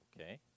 Okay